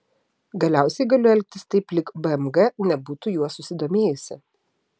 galiausiai galiu elgtis taip lyg bmg nebūtų juo susidomėjusi